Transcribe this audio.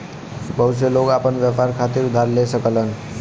बहुत से लोग आपन व्यापार खातिर उधार ले सकलन